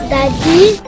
Daddy